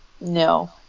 no